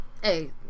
hey